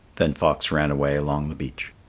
then fox ran away along the beach.